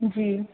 जी